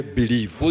believe